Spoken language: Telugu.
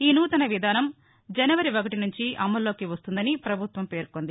ఈ నూతన విధానం జనవరి ఒకటి నుంచి అమల్లోకి వస్తుందని ప్రభుత్వం పేర్కొంది